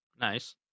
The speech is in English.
Nice